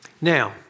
Now